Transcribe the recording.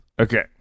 Okay